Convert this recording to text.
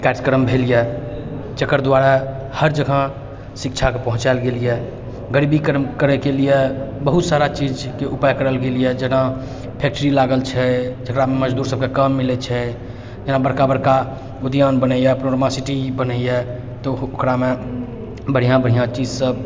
कार्यक्रम भेल यऽ जकर द्वारा हर जगह शिक्षाके पहुँचायल गेल यऽ गरीबी कम करैके लिए बहुत सारा चीजके उपाय करल गेल यऽ जेना फैक्ट्री लागल छै जकरामे मजदूर सबके काम मिलै छै जाहिमे बड़का बड़का उद्यान बनैए सिटी बनैए तऽ ओकरामे बढ़िआँ बढ़िआँ चीज सब